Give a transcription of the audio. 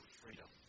freedom